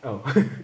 oh